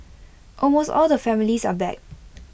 almost all the families are back